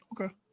Okay